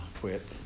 quit